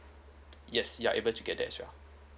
yes you are able to get that as well